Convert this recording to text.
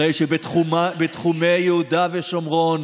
הרי שבתחומי יהודה ושומרון,